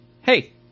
Hey